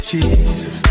Jesus